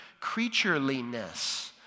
creatureliness